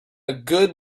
good